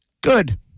Good